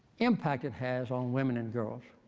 impact it has on women and girls.